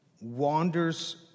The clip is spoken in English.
wanders